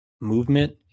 movement